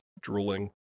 drooling